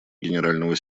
генерального